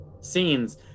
scenes